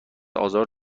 آزار